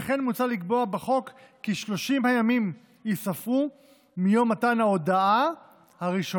וכן מוצע לקבוע בחוק כי 30 הימים ייספרו מיום מתן ההודעה הראשונית,